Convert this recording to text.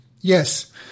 Yes